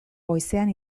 goizean